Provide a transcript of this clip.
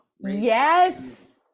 Yes